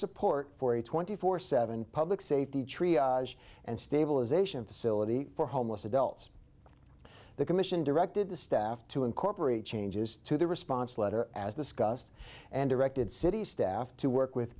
support for a twenty four seven public safety tree and stabilization facility for homeless adults the commission directed the staff to incorporate changes to the response letter as discussed and directed city staff to work with